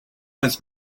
was